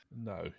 No